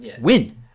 Win